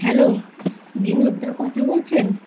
hello Binod da কথা বলছেন